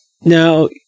Now